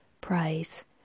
Price